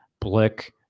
blick